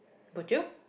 bojio